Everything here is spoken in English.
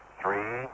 three